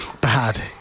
bad